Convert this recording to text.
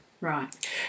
Right